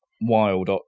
wild